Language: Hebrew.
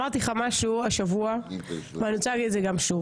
אמרתי לך משהו השבוע ואני רוצה להגיד את זה שוב.